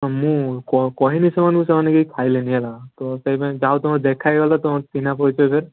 ହଁ ମୁଁ କହିଲି ସେମାନଙ୍କୁ ସେମାନେ କେହି ଖାଇଲେନି ହେଲା ତ ସେଥିପାଇଁ ଯାହା ହେଉ ତୁମେ ଦେଖା ହୋଇଗଲ ତମେ ଚିହ୍ନା ପରିଚ ଫେର୍